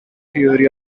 theory